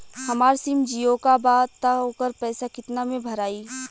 हमार सिम जीओ का बा त ओकर पैसा कितना मे भराई?